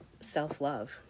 self-love